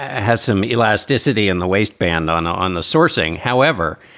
ah has some elasticity in the waistband on on the sourcing. however,